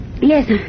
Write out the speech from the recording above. Yes